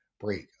break